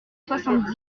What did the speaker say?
soixante